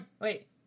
wait